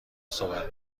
صحبت